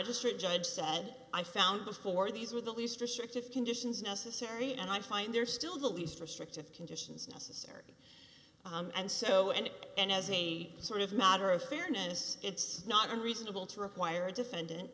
magistrate judge said i found before these with the least restrictive conditions necessary and i find they're still the least restrictive conditions necessary and so and and as a sort of matter of fairness it's not unreasonable to require a defendant